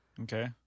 Okay